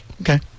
Okay